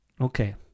Okay